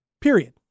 Period